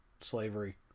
slavery